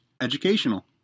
educational